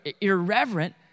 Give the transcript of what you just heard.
irreverent